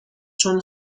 چون